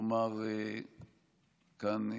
לומר כאן,